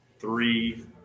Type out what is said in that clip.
Three